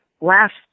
last